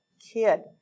kid